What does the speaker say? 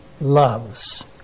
loves